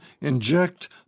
inject